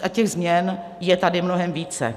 A těch změn je tady mnohem více.